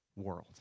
world